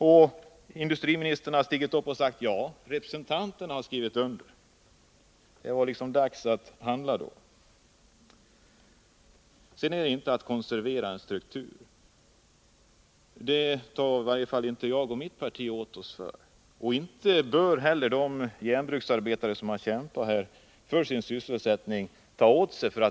Och industriministern skulle ha kunnat stå upp här och säga: Representanterna för facket har skrivit under. — Det hade varit dags att handla då! Sedan vill jag säga att det inte handlar om att konservera en struktur. Talet om en konservering tar i varje fall inte jag och mitt parti åt oss för. Det bör inte heller de järnbruksarbetare som kämpar för sin sysselsättning göra.